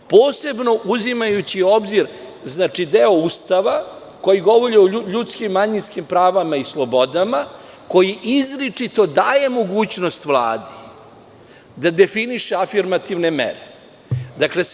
Posebno uzimajući u obzir deo Ustava koji govori o ljudskim i manjinskim pravima i slobodama, koji izričito daje mogućnost Vladi da definiše afirmativne mere.